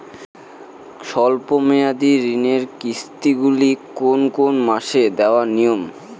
স্বল্প মেয়াদি ঋণের কিস্তি গুলি কোন কোন মাসে দেওয়া নিয়ম?